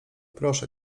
proszę